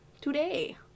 Today